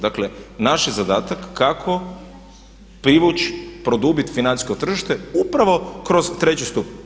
Dakle, naš je zadatak kako privući, produbit financijsko tržište upravo kroz treći stup.